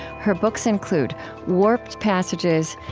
her books include warped passages,